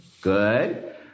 Good